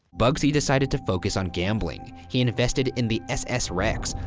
bugsy decided to focus on gambling. he invested in the ss rex,